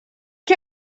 que